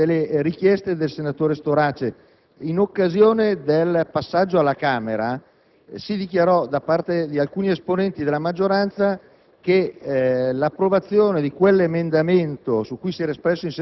Signor Presidente, intervengo a sostegno delle richieste del senatore Storace. In occasione del passaggio alla Camera, da parte di alcuni esponenti della maggioranza